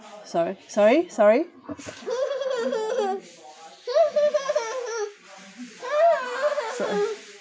sorry sorry sorry sorry